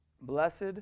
blessed